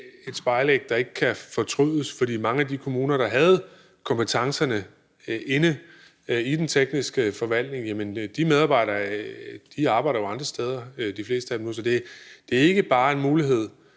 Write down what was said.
med et spejlæg, der ikke kan fortrydes, fordi mange af de kommuner, der havde kompetencerne i den tekniske forvaltning, ikke har dem mere, fordi de fleste medarbejdere nu arbejder andre steder. Så det er ikke bare en mulighed